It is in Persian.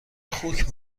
خوک